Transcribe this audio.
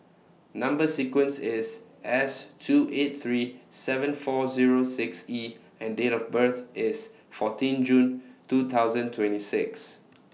Number sequence IS S two eight three seven four Zero six E and Date of birth IS fourteen June two thousand twenty six